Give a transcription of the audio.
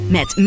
Met